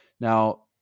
Now